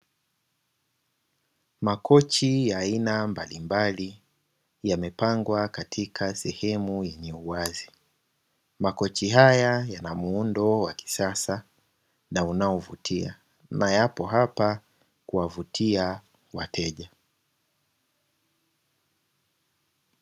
Makochi ya aina mbalimbali yamepangwa katika sehemu yenye uwazi, makochi haya yana muundo wa kisasa na unaovutia na yapo hapa kuwavutia wateja.